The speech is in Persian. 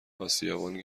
آسیابان